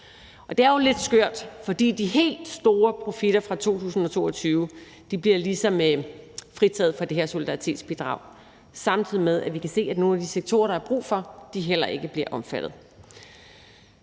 det er jo lidt skørt, for de helt store profitter fra 2022 bliver ligesom fritaget for det her solidaritetsbidrag, samtidig med at vi kan se, at nogle af de sektorer, der er brug for, heller ikke bliver omfattet.